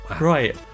Right